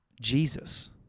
Jesus